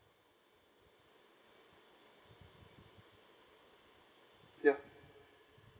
yup